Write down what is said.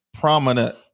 prominent